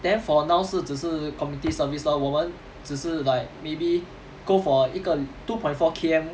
then for now 是只是 community service lor 我们只是 like maybe go for 一个 two point four K_M